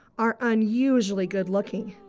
are unusually good-looking.